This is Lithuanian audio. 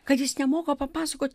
kad jis nemoka papasakot